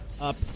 up